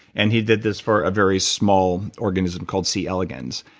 and he did this for a very small organism called c. elegans,